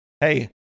hey